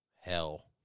hell